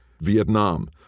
Vietnam